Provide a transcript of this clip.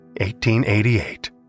1888